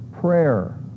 prayer